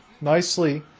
Nicely